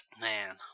Man